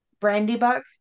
Brandybuck